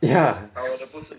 ya